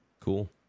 Cool